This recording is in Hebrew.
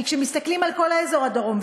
כי כשמסתכלים על כל אזור הדרום,